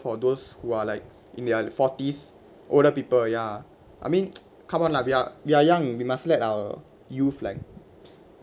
for those who are like in their forties older people ya I mean come on lah we are we are young we must let our youth like